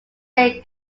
day